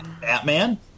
Batman